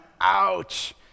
ouch